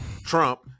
Trump